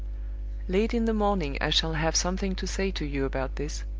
late in the morning i shall have something to say to you about this.